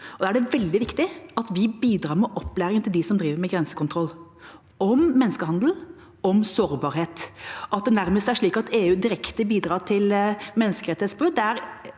Da er det veldig viktig at vi bidrar med opplæring til dem som driver med grensekontroll, om menneskehandel og om sårbarhet. Det at det nærmest er slik at EU direkte bidrar til menneskerettighetsbrudd